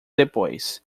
depois